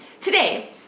Today